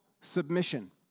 submission